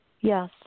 Yes